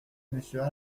monsieur